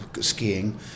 skiing